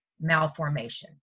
malformation